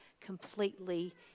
completely